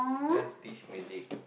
can't teach music